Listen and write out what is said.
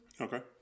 Okay